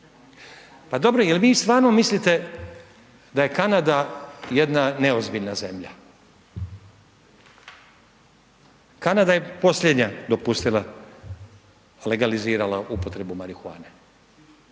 Pa dobro jer vi stvarno mislite da je Kanada jedna neozbiljna zemlja, Kanada je posljednja dopustila, legalizirala upotrebu marihuane,